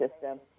system